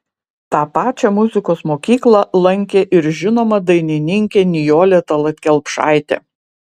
tą pačią muzikos mokyklą lankė ir žinoma dainininkė nijolė tallat kelpšaitė